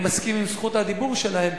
אני מסכים עם זכות הדיבור שלהם,